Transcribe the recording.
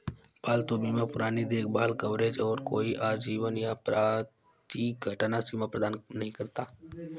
पालतू बीमा पुरानी देखभाल कवरेज और कोई आजीवन या प्रति घटना सीमा प्रदान नहीं करता